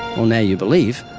well, now you believe.